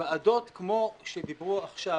ועדות כמו שדיברו עכשיו